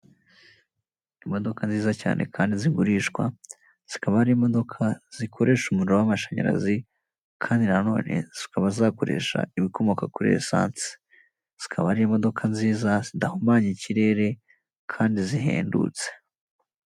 Imodoka yikoreye imizigo yo mu bwoko bwa hoho isa umweru, inyuma yayo hakaba hari inzu ndende ifite amabara y'umweru ndetse n'ubururu ku hande hakaba hari indi hoho ifite amarange y'umutuku.